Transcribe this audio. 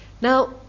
Now